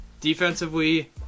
Defensively